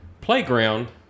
playground